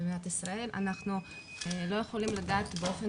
במדינת ישראל אנחנו לא יכולים לדעת באופן